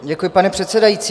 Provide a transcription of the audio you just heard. Děkuji, pane předsedající.